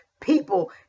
people